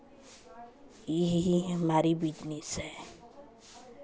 यही हमारी बिजनेस है